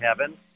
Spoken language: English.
heaven